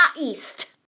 east